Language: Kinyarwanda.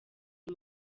uyu